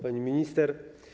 Pani Minister!